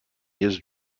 his